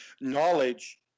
knowledge